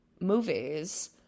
movies